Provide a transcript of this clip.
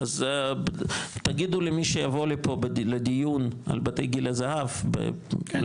אז תגידו למי שיבוא לפה לדיון על בתי גיל הזהב --- כן,